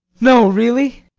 no, really?